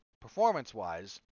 performance-wise